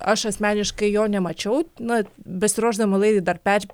aš asmeniškai jo nemačiau na besiruošdama laidai dar